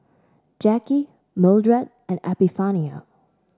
Jacky Mildred and Epifanio